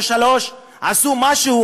או שלושה שעשו משהו,